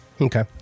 Okay